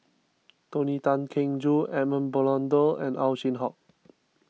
Tony Tan Keng Joo Edmund Blundell and Ow Chin Hock